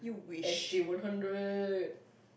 S_G one hundred